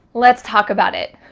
let's talk about it.